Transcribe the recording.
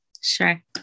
sure